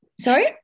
Sorry